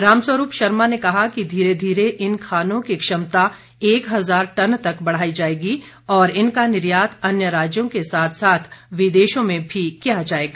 रामस्वरूप शर्मा ने कहा कि धीरे धीरे इन खानों की क्षमता एक हजार टन तक बढ़ाई जाएगी और इनका निर्यात अन्य राज्यों के साथ साथ विदेशों में भी किया जाएगा